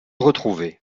retrouver